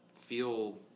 feel